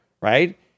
right